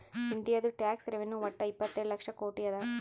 ಇಂಡಿಯಾದು tax revenue ವಟ್ಟ ಇಪ್ಪತ್ತೇಳು ಲಕ್ಷ ಕೋಟಿ ಅದಾ